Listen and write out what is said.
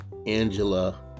angela